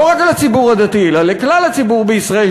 לא רק לציבור הדתי אלא לכלל הציבור בישראל,